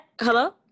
hello